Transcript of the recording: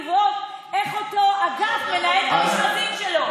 לראות איך אותו אדם מנהל את המשרדים שלו.